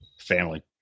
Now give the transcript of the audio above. family